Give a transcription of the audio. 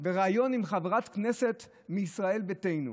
ריאיון עם חברת כנסת מישראל ביתנו,